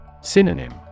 Synonym